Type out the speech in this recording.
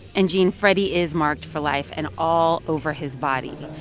and, gene, freddy is marked for life and all over his body.